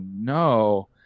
no